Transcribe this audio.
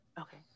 Okay